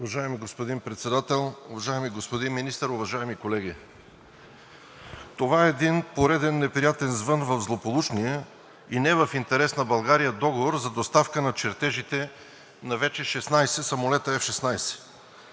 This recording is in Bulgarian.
Уважаеми господин Председател, уважаеми господин Министър, уважаеми колеги! Това е един пореден неприятен звън в злополучния и не в интерес на България Договор за доставка на чертежите на вече 16 самолета F 16.